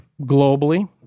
Globally